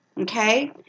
Okay